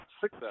six